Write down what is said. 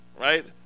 right